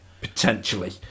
potentially